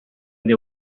they